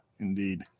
Indeed